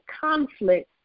conflict